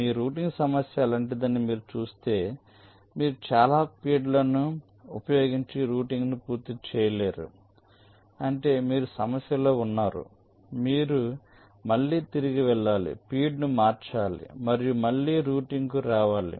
మీ routing సమస్య అలాంటిదని మీరు చూస్తే మీరు చాలా ఫీడ్లను ఉపయోగించి రౌటింగ్ను పూర్తి చేయలేరు అంటే మీరు సమస్యలో ఉన్నారు మీరు మళ్ళీ తిరిగి వెళ్లాలి ఫీడ్ను మార్చాలి మరియు మళ్లీ రౌటింగ్కు రావాలి